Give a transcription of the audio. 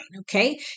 okay